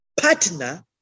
Partner